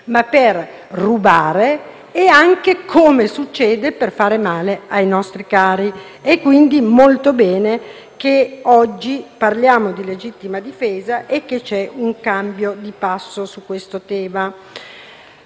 ma per rubare e anche - come succede - per fare del male ai nostri cari. Quindi, va molto bene che oggi si parli di legittima difesa e che ci sia un cambio di passo su questo tema.